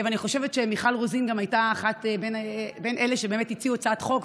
אני חושבת שמיכל רוזין גם הייתה בין אלה שבאמת הציעו הצעת חוק,